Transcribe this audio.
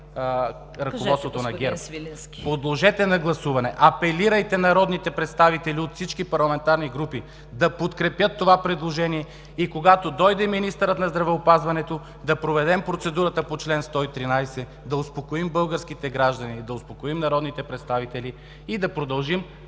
ГЕОРГИ СВИЛЕНСКИ: Подложете на гласуване, апелирайте народните представители от всички парламентарни групи да подкрепят това предложение и когато дойде министърът на здравеопазването да проведем процедурата по чл. 113, да успокоим българските граждани, да успокоим народните представители и да продължим